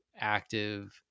active